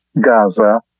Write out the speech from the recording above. Gaza